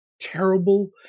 terrible